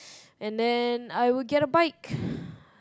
and then I would get a bike